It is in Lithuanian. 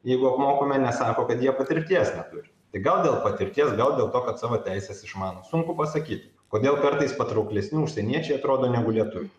jeigu apmokome nes sako kad jie patirties neturi tai gal dėl patirties gal dėl to kad savo teises išmano sunku pasakyt kodėl kartais patrauklesni užsieniečiai atrodo negu lietuviai